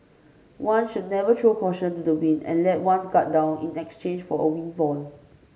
one should never throw caution to the wind and let one's guard down in exchange for a windfall